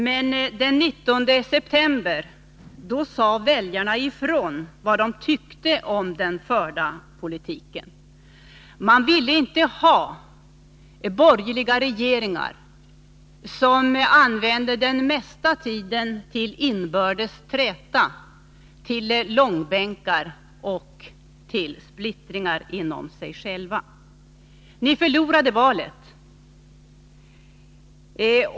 Men den 19 september sade väljarna ifrån och talade om vad de tyckte om den förda politiken. Man ville inte ha borgerliga regeringar som använde den mesta tiden till inbördes träta, till långbänkar och inre splittring. Ni förlorade valet.